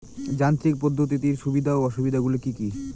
যান্ত্রিক পদ্ধতির সুবিধা ও অসুবিধা গুলি কি কি?